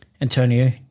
Antonio